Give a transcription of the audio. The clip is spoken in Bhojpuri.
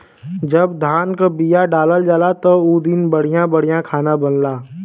जब धान क बिया डालल जाला त उ दिन बढ़िया बढ़िया खाना बनला